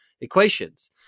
equations